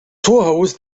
torhaus